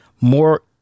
more